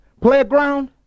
playground